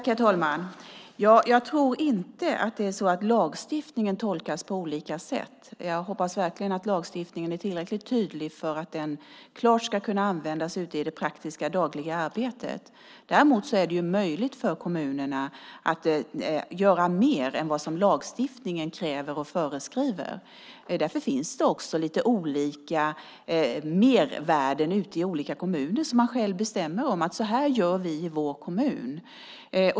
Herr talman! Jag tror inte att det är så att lagstiftningen tolkas på olika sätt. Jag hoppas verkligen att lagstiftningen är tillräckligt tydlig för att den klart ska kunna användas ute i det praktiska dagliga arbetet. Däremot är det möjligt för kommunerna att göra mer än vad lagstiftningen kräver och föreskriver. Därför finns det också lite olika mervärden ute i olika kommuner som man själv bestämmer om: Så här gör vi i vår kommun!